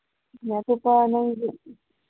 ꯑꯇꯣꯞꯄ ꯅꯪꯒꯤ